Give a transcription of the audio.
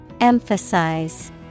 Emphasize